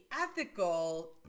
ethical